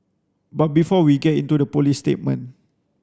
but before we get into the police statement